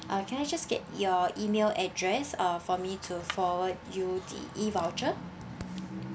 uh can I just get your email address uh for me to forward you the E voucher